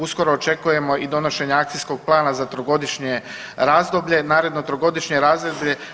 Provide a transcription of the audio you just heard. Uskoro očekujemo i donošenje akcijskog plana za trogodišnje razdoblje, naredno trogodišnje razdoblje.